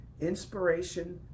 inspiration